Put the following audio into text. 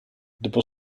dopo